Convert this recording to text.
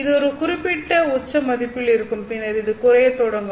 இது ஒரு குறிப்பிட்ட உச்ச மதிப்பில் இருக்கும் பின்னர் இது குறையத் தொடங்கும்